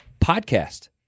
Podcast